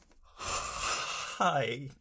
Hi